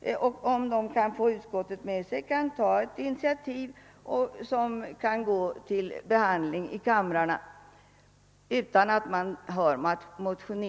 vederbörande kan få utskottet med sig, kan föra upp ett ärende till behandling i kammaren utan någon motion.